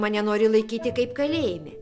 mane nori laikyti kaip kalėjime